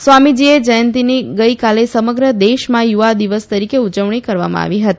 સ્વામીજીએ જ્યંતિની ગઈકાલે સમગ્ર દેશમાં યુવા દિવસ તરીકે ઉજવણી કરવામાં આવી હતી